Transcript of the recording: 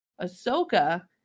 Ahsoka